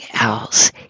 else